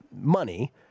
money